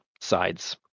sides